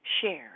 Share